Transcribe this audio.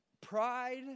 pride